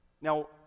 Now